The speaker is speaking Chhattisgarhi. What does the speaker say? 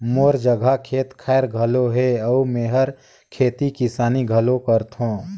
मोर जघा खेत खायर घलो हे अउ मेंहर खेती किसानी घलो करथों